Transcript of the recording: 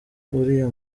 uriya